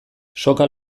soka